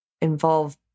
involve